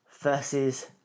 Versus